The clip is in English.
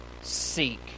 seek